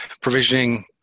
provisioning